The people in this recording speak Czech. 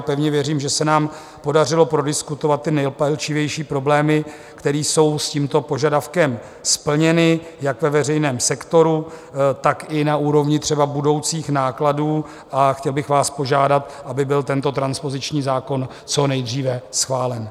Pevně věřím, že se nám podařilo prodiskutovat ty nejpalčivější problémy, které jsou tímto požadavkem splněny jak ve veřejném sektoru, tak i na úrovni třeba budoucích nákladů, a chtěl bych vás požádat, aby byl tento transpoziční zákon co nejdříve schválen.